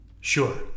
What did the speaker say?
Sure